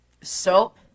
soap